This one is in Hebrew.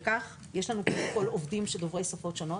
יש לנו עובדים שהם דוברי שפות שונות.